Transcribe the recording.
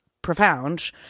profound